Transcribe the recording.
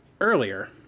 earlier